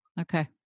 Okay